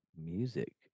music